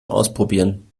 ausprobieren